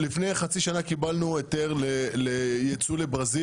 לפני חצי שנה קיבלנו היתר ליצוא לברזיל